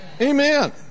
Amen